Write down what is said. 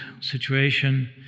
situation